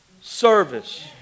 service